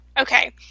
Okay